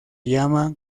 llama